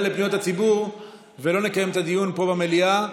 לפניות הציבור ולא נקיים את הדיון פה במליאה.